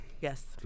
Yes